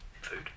food